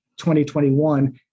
2021